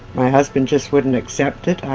my husband just wouldn't accept it,